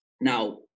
now